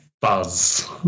Buzz